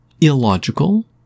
illogical